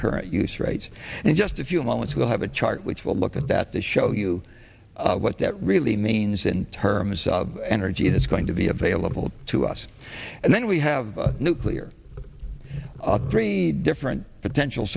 current use rates and just a few moments we'll have a chart which will look at that that show you what that really means in terms of energy that's going to be available to us and then we have nuclear upgrade different potential